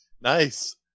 Nice